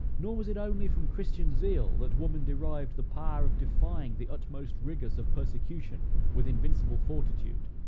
nor was it only from christian zeal that woman derived the power of defying the utmost rigors of persecution with invincible fortitude.